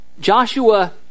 Joshua